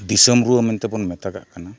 ᱫᱤᱥᱚᱢ ᱨᱩᱣᱟᱹ ᱢᱮᱱᱛᱮ ᱵᱚᱱ ᱢᱮᱛᱟᱜ ᱠᱟᱱᱟ